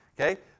Okay